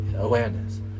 awareness